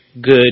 good